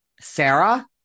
Sarah